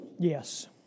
Yes